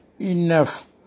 enough